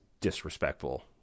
disrespectful